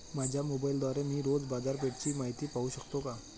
माझ्या मोबाइलद्वारे मी रोज बाजारपेठेची माहिती पाहू शकतो का?